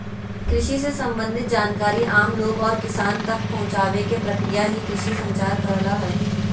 कृषि से सम्बंधित जानकारी आम लोग और किसान तक पहुंचावे के प्रक्रिया ही कृषि संचार कहला हय